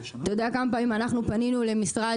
אתה יודע כמה פעמים אנחנו פנינו למשרד,